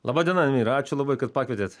laba diena ačiū labai kad pakvietėt